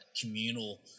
communal